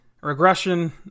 regression